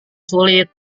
sulit